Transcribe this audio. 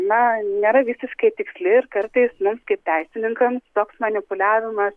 na nėra visiškai tiksli ir kartais mums kaip teisininkams toks manipuliavimas